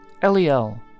Eliel